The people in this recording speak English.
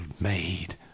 made